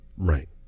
Right